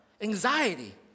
anxiety